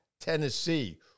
Tennessee